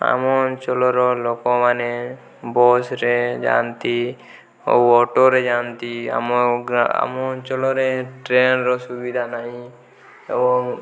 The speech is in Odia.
ଆମ ଅଞ୍ଚଳର ଲୋକମାନେ ବସ୍ ରେ ଯାଆନ୍ତି ଆଉ ଅଟୋରେ ଯାଆନ୍ତି ଆମ ଗାଁ ଆମ ଅଞ୍ଚଳରେ ଟ୍ରେନ୍ ର ସୁବିଧା ନାହିଁ ଏବଂ